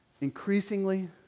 increasingly